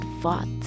fought